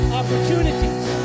opportunities